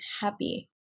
happy